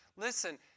listen